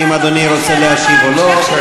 אם אדוני רוצה להשיב או לא.